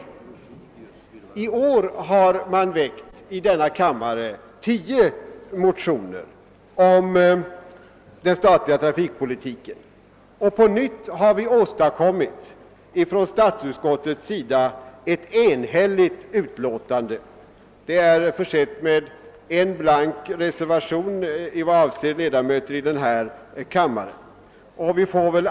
SS i I år har man i denna kammare väckt tio motioner om den statliga trafikpolitiken, och på nytt har vi i statsutskottet åstadkommit ett enhälligt utlåtande, lät vara att det är försett med en blank reservation i vad avser denna kammares ledamöter.